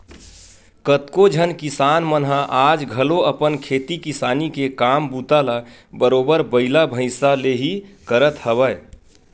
कतको झन किसान मन ह आज घलो अपन खेती किसानी के काम बूता ल बरोबर बइला भइसा ले ही करत हवय